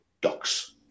ducks